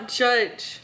judge